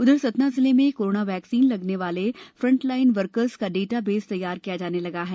उधर सतना जिले में कोरोना वैक्सीन लगने वाले फ्रंटलाइन वर्कर्स का डाटा बेस तैयार किया जाने लगा है